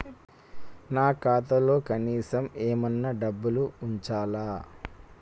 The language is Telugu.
నా ఖాతాలో కనీసం ఏమన్నా డబ్బులు ఉంచాలా?